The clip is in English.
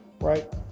right